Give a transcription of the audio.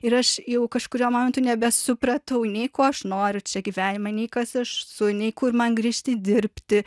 ir aš jau kažkuriuo momentu nebesupratau nei ko aš noriu čia gyvenime nei kas aš esu nei kur man grįžti dirbti